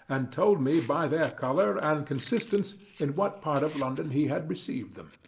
and told me by their colour and consistence in what part of london he had received them.